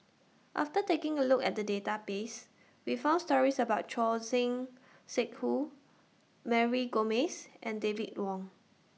after taking A Look At The Database We found stories about Choor Singh Sidhu Mary Gomes and David Wong